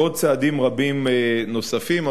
ועוד צעדים רבים נוספים.